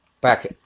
Back